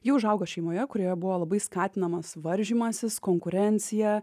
ji užaugo šeimoje kurioje buvo labai skatinamas varžymasis konkurencija